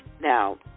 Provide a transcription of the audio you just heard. Now